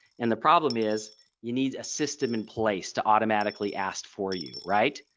and the problem is you need a system in place to automatically ask for you. right.